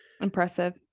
Impressive